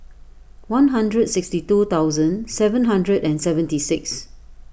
one hundred sixty two thousand seven hundred and seventy six